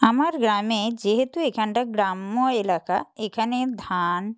আমার গ্রামে যেহেতু এখানটা গ্রাম্য এলাকা এখানে ধান